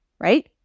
right